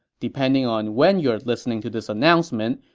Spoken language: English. depending on when you are listening to this announcement,